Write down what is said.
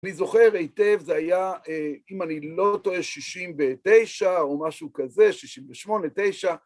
אני זוכר היטב, זה היה, אם אני לא טועה, שישים ותשע או משהו כזה, שישים ושמונה, תשע,